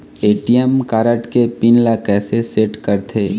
ATM card के pin ला कैसे सेट करथे?